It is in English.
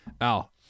Al